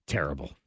Terrible